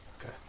Okay